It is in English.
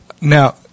Now